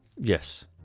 Yes